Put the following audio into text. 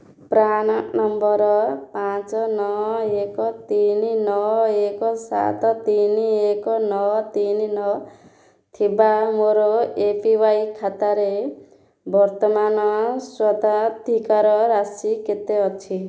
PRAN number ପାଞ୍ଚ ନଅ ଏକ ତିନି ନଅ ଏକ ସାତ ତିନି ଏକ ନଅ ତିନି ନଅ ଥିବା ମୋର ଏ ପି ୱାଇ ଖାତାରେ ବର୍ତ୍ତମାନ ସ୍ୱତ୍ୱାଧିକାର ରାଶି କେତେ ଅଛି